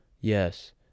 yes